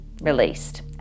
released